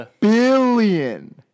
billion